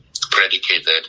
predicated